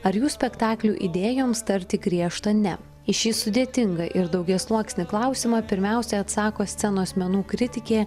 ar jų spektaklių idėjoms tarti griežtą ne į šį sudėtingą ir daugiasluoksnį klausimą pirmiausia atsako scenos menų kritikė